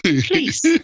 Please